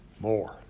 more